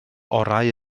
orau